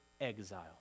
exile